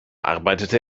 arbeitete